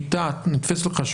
מיטה נתפסת לך,